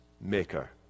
maker